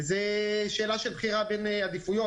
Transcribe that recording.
וזו שאלה של בחירה בין עדיפויות.